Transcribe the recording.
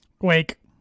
Wake